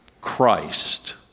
Christ